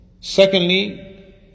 Secondly